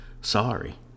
Sorry